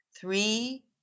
three